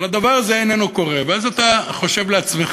אבל הדבר הזה לא קורה, ואז אתה חושב לעצמך,